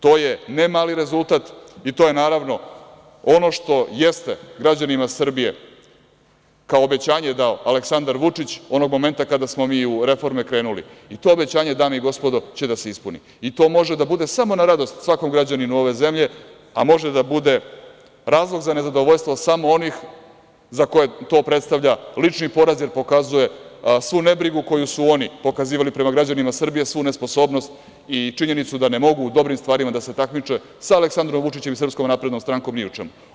To je ne mali rezultat, i to je naravno ono što jeste građanima Srbije kao obećanje dao Aleksandar Vučić onog momenta kada smo mi u reforme krenuli i to obećanje, dame i gospodo, će da se ispuni i to može da bude samo na radost svakom građaninu ove zemlje, a može da bude razlog za nezadovoljstvo samo onih za koje to predstavlja lični poraz jer pokazuje svu nebrigu koju su oni pokazivali prema građanima Srbije, svu nesposobnost i činjenicu da ne mogu u dobrim stvarima da se takmiče sa Aleksandrom Vučićem i SNS ni u čemu.